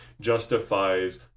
justifies